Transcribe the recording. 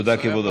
תודה, כבודו.